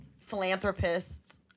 philanthropists